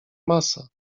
masa